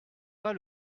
pas